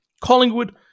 Collingwood